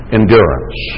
endurance